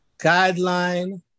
guideline